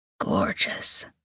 Gorgeous